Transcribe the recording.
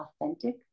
authentic